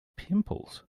pimples